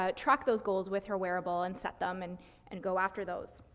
ah track those goals with her wearable, and set them, and and go after those.